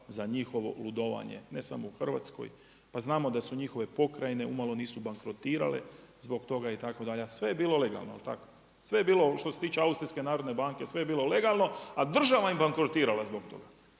za ludovanje, ne samo u Hrvatskoj. Pa znamo da su njihove pokrajine umalo nisu bankrotirale zbog toga itd., a sve je bilo legalno, je li tako? Sve je bilo što se tiče Austrijske narodne banke sve je bilo legalno a država im bankrotirala zbog toga.